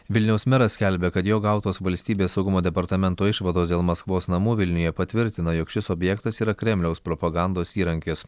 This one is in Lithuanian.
vilniaus meras skelbia kad jo gautos valstybės saugumo departamento išvados dėl maskvos namų vilniuje patvirtina jog šis objektas yra kremliaus propagandos įrankis